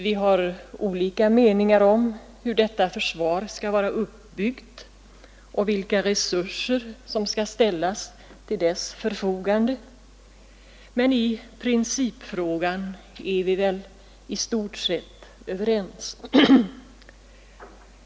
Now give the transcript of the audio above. Vi har olika meningar om hur detta försvar skall vara uppbyggt och vilka resurser som skall ställas till dess förfogande, men i principfrågan är vi i stort sett överens.